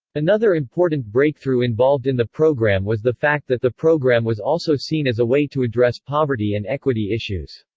another important breakthrough involved in the program was the fact that the program was also seen as a way to address poverty and equity issues.